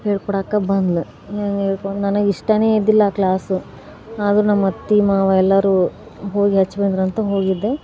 ಹೇಳ್ಕೊಡೋಕೆ ಬಂದ್ಲು ನನಗೆ ಹೇಳ್ಕೊಡೋಕೆ ನನಗೆ ಇಷ್ಟವೇ ಇದ್ದಿಲ್ಲ ಕ್ಲಾಸು ಆದ್ರೂ ನಮ್ಮ ಅತ್ತೆ ಮಾವ ಎಲ್ಲರು ಹೋಗಿ ಹಚ್ಬಂದ್ರು ಅಂತ ಹೋಗಿದ್ದೆ